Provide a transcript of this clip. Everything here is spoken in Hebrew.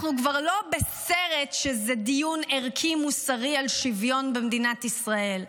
אנחנו כבר לא בסרט שזה דיון ערכי מוסרי על שוויון במדינת ישראל,